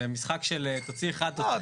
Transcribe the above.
זה משחק של תוציא אחד או תכניס חמישה.